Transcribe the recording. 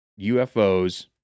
UFOs